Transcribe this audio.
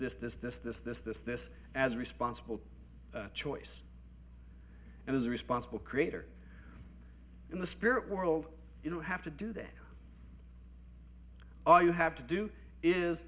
this this this this this this this as a responsible choice and as a responsible creator in the spirit world you don't have to do that all you have to do is